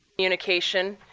communication,